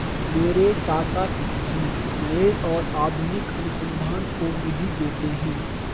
मेरे चाचा जी नए और आधुनिक अनुसंधान को निधि देते हैं